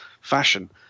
fashion